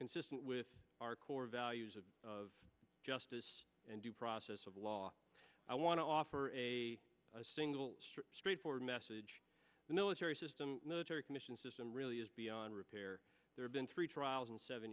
consistent with our core values of justice and due process of law i want to offer a single straightforward message the military system military commission system really is beyond repair there have been three trials in seven